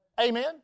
Amen